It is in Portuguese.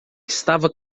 estava